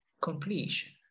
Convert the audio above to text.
completion